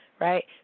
right